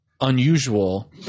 unusual